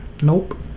Nope